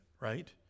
right